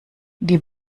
die